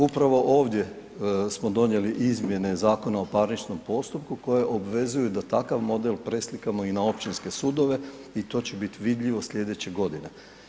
Upravo ovdje smo donijeli Izmjene Zakona o parničnom postupku koje obvezuju da takav model preslikamo i na općinske sudove i to će biti vidljivo slijedeće godine.